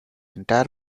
entire